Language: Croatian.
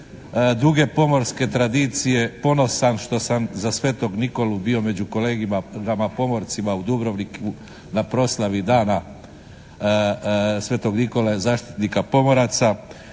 duge pomorske tradicije ponosan što sam za Svetog Nikolu bio među kolegama pomorcima u Dubrovniku na proslavi dana Svetog Nikole zaštitnika pomoraca,